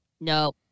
no